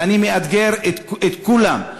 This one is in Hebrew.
ואני מאתגר את כולם,